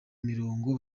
mirongo